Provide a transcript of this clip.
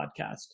podcast